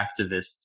activists